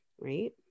right